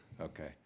Okay